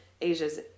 Asia's